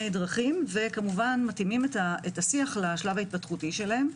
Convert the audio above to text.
דרכים ומתאימים את השיח לשלב ההתפתחותי שלהם.